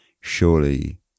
Surely